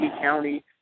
county